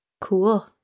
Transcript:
Cool